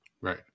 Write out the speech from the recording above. Right